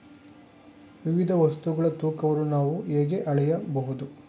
ವಿವಿಧ ವಸ್ತುಗಳ ತೂಕವನ್ನು ನಾವು ಹೇಗೆ ಅಳೆಯಬಹುದು?